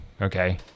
Okay